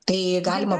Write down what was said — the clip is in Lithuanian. tai galima